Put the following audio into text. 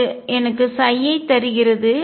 இது எனக்கு ஐ தருகிறது